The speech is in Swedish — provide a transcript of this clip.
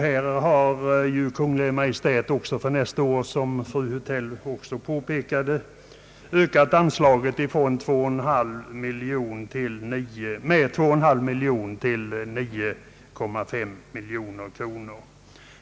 Här har Kungl. Maj:t för nästa år, som fru Hultell också påpekar, ökat anslaget med 2,5 miljoner kronor till 9,5 miljoner kronor.